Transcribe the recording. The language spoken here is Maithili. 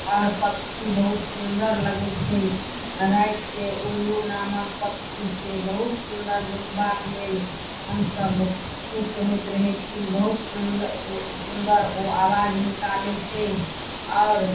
आओर पक्षी बहुत सुन्दर लगै छै रातिके उल्लू नामक पक्षी से बहुत सुन्दर देखबाक लेल हमसब खुश होइत रहै छी बहुत सुन्दर सुन्दर ओ आवाज निकालै छै आओर